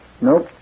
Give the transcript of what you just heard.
Nope